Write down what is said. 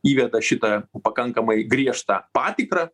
įveda šitą pakankamai griežtą patikrą